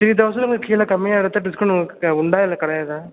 three தௌசண்ட்க்கு கொஞ்சம் கீழே கம்மியாக எடுத்தால் டிஸ்கவுண்ட் உண்டா இல்லை கிடையாதா